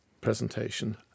presentation